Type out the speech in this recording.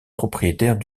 propriétaires